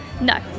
No